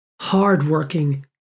hardworking